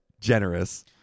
generous